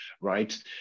right